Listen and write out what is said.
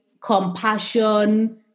compassion